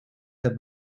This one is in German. der